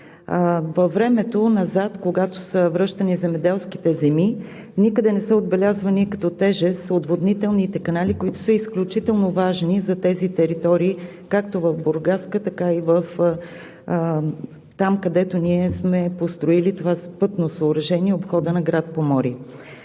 Във времето назад, когато са връщани земеделските земи, никъде не са отбелязвани като тежест отводнителните канали, които са изключително важни за тези територии, както в Бургаско, така и там, където сме построили това пътно съоръжение – обхода на град Поморие.